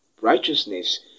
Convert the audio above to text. Righteousness